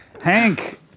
Hank